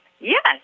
yes